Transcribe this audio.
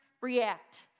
react